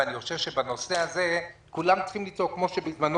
ואני חושב שבנושא הזה כולם צריכים לצעוק כמו שבזמנו